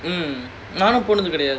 mm இருக்குல்ல:irukkula ya